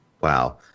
Wow